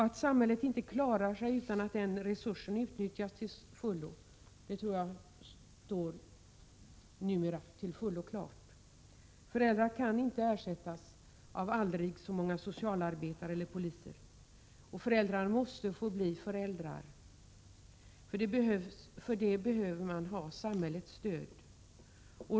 Att samhället inte klarar sig utan att den resursen utnyttjas till fullo står väl numera helt klart. Föräldrar kan inte ersättas av aldrig så många socialarbetare eller poliser. Föräldrar måste åter få bli föräldrar. För detta behövs samhällets stöd.